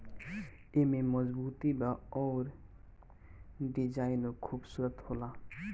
एमे मजबूती बा अउर डिजाइनो खुबसूरत होला